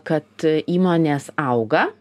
kad įmonės auga